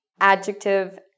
adjective